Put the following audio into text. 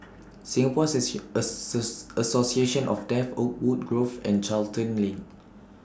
Singapore Association of Deaf Oakwood Grove and Charlton Lane